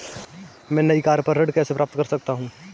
मैं नई कार पर ऋण कैसे प्राप्त कर सकता हूँ?